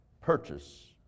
purchase